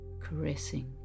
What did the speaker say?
caressing